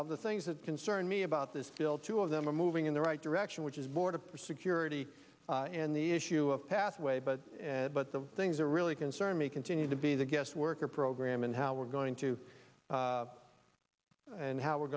of the things that concern me about this bill two of them are moving in the right direction which is border for security and the issue of pathway but but the things they're really concerned may continue to be the guest worker program and how we're going to and how we're